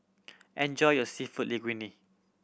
enjoy your Seafood Linguine